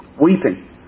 weeping